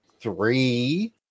three